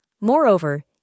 Moreover